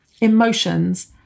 emotions